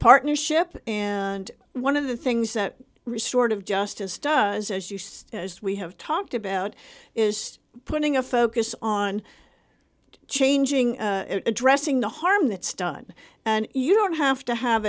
partnership and one of the things that resort of justice does as you say as we have talked about is putting a focus on changing addressing the harm that stunt and you don't have to have